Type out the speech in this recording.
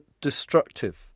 destructive